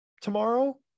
tomorrow